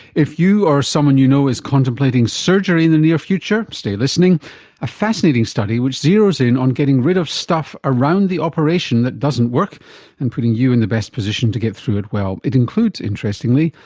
if you or someone you know is contemplating surgery in the near future, stay listening a fascinating study which zeroes in on getting rid of stuff around the operation that doesn't work and putting you in the best position to get through it well. it includes, interestingly,